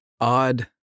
odd